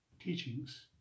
teachings